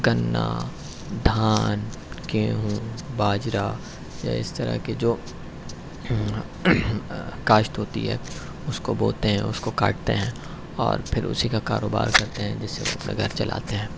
گنّا دھان گیہوں باجرہ یا اس طرح کے جو کاشت ہوتی ہے اس کو بوتے ہیں اس کو کاٹتے ہیں اور پھر اسی کا کاروبار کرتے ہیں جس سے وہ اپنا گھر چلاتے ہیں